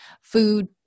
food